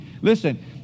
Listen